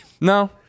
No